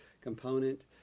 component